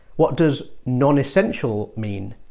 what does non-essential mean?